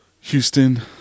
Houston